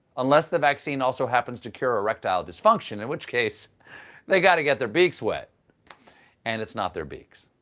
unless the vaccine also happens to cure erectile disfunction in which case they got to get their beaks wet and it's not their beeks.